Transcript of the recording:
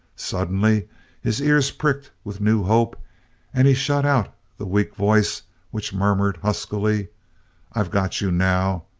suddenly his ears pricked with new hope and he shut out the weak voice which murmured huskily i've got you now.